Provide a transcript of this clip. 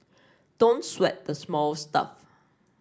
don't sweat the small stuff